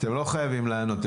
אתם לא חייבים לענות,